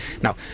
Now